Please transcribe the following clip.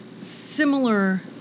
similar